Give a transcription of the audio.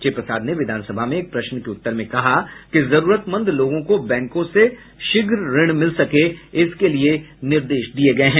श्री प्रसाद ने विधानसभा में एक प्रश्न के उत्तर में कहा कि जरूरतमंद लोगों को बैंकों से शीघ्र ऋण मिल सके इसके लिये निर्देश दिये गये हैं